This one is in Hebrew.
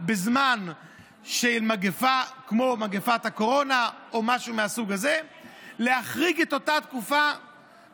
בזמן של מגפה כמו מגפת הקורונה או משהו מהסוג הזה להחריג את אותה תקופה